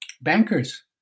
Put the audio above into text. bankers